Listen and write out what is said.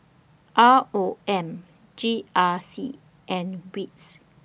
R O M G R C and WITS